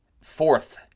fourth